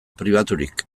pribaturik